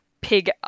pig